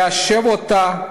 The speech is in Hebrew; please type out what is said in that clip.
ליישב אותה,